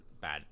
bad